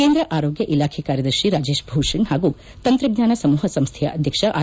ಕೇಂದ್ರ ಆರೋಗ್ಲ ಇಲಾಖೆ ಕಾರ್ಯದರ್ಶಿ ರಾಜೇಶ್ ಭೂಷಣ್ ಹಾಗೂ ತಂತ್ರಜ್ಞಾನ ಸಮೂಪ ಸಂಸ್ಥೆಯ ಅಧ್ಯಕ್ಷ ಆರ್